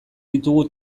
ditugu